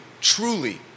truly